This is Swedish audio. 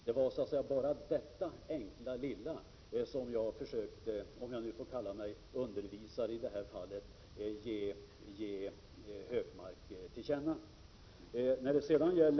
Det var bara detta enkla lilla faktum som jag försökte ge Gunnar Hökmark till känna — om jag får kalla mig undervisare i detta fall.